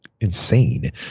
insane